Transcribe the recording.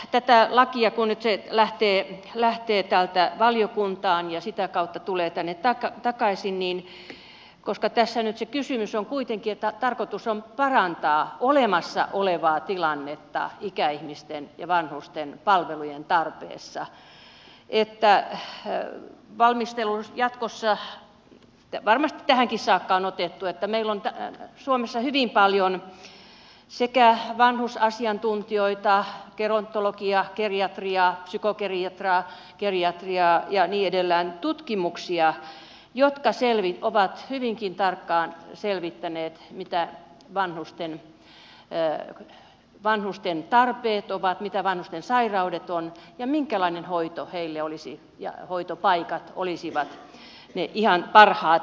minä toivoisin kun tämä laki nyt lähtee täältä valiokuntaan ja sitä kautta tulee tänne takaisin koska tässä nyt kysymys on kuitenkin siitä että tarkoitus on parantaa olemassa olevaa tilannetta ikäihmisten ja vanhusten palvelujen tarpeessa että valmistelussa jatkossa otettaisiin huomioon varmasti tähänkin saakka on otettu sillä meillä on suomessa hyvin paljon vanhusasiantuntijoita gerontologeja geriatreja psykogeriatreja ja niin edelleen tutkimukset jotka ovat hyvinkin tarkkaan selvittäneet mitä vanhusten tarpeet ovat mitä vanhusten sairaudet ovat ja minkälaiset hoitopaikat olisivat ne ihan parhaat mahdolliset